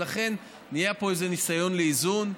ולכן היה פה איזה ניסיון לאיזון.